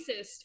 racist